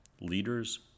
leaders